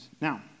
Now